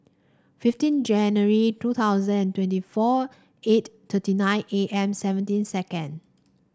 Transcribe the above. fifteen January two thousand and twenty four eight thirty nine A M seventeen second